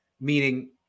meaning